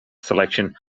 selection